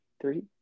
three